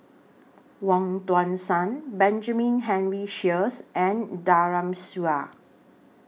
Wong Tuang Seng Benjamin Henry Sheares and Daren Shiau